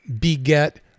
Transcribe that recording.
beget